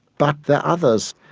but the others,